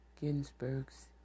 Ginsburg's